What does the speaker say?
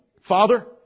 father